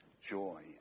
joy